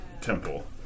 temple